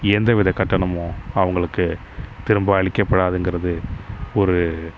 எந்தவித கட்டணமும் அவங்களுக்கு திரும்ப அளிக்கப்படாதுங்கிறது ஒரு